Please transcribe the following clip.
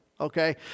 okay